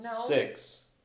six